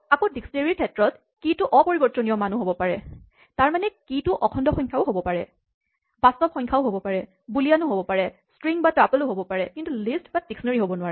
আকৌ ডিস্কনেৰীঅভিধানৰ ক্ষেত্ৰত কীচাবিটো অপৰিবৰ্তনীয় মানো হ'ব পাৰে তাৰমানে কীচাবিটো অখণ্ড সংখ্যাও হ'ব পাৰে বাস্তৱ সংখ্যাও হ'ব পাৰে বুলীয়ান ও হ'ব পাৰে ষ্ট্ৰিং বা টাপল্ ও হ'ব পাৰে কিন্তু লিষ্ট বা ডিস্কনেৰীঅভিধান হ'ব নোৱাৰে